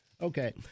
Okay